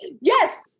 Yes